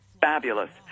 Fabulous